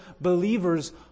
believers